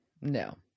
No